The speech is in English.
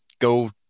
go